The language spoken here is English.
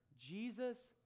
Jesus